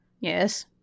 yes